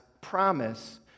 promise